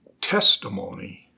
testimony